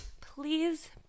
please